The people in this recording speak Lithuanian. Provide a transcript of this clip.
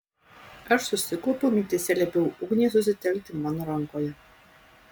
aš susikaupiau mintyse liepiau ugniai susitelkti mano rankoje